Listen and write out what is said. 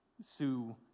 Sue